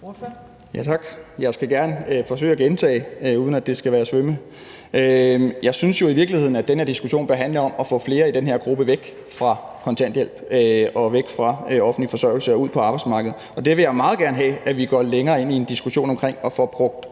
Ja, tak. Jeg skal gerne forsøge at gentage, uden at det skal være at svømme. Jeg synes jo i virkeligheden, at den her diskussion bør handle om at få flere i den her gruppe væk fra kontanthjælp og væk fra offentlig forsørgelse og ud på arbejdsmarkedet. Og det vil jeg meget gerne have at vi går længere ind i en diskussion omkring og får brugt